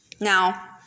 Now